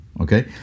Okay